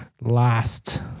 last